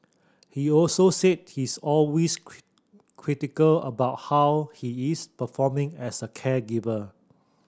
he also said he's often critical about how he is performing as a caregiver